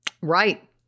Right